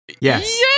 Yes